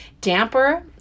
damper